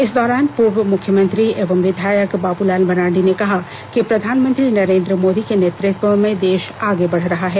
इस दौरान पूर्व मुख्यमंत्री एवं विधायक बाबूलाल मरांडी ने कहा कि प्रधानमंत्री नरेंद्र मोदी के नेतृत्व में देश आगे बढ़ रहा है